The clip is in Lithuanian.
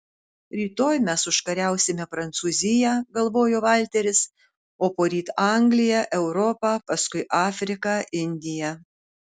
rytoj mes užkariausime prancūziją galvojo valteris o poryt angliją europą paskui afriką indiją